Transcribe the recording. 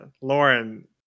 Lauren